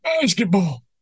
basketball